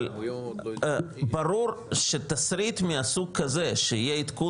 אבל ברור שתסריט מהסוג הזה שיהיה עדכון